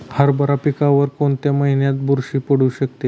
हरभरा पिकावर कोणत्या महिन्यात बुरशी पडू शकते?